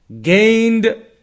gained